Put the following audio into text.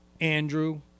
Andrew